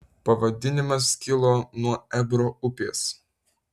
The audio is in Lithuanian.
pavadinimas kilo nuo ebro upės